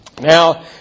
Now